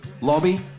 Lobby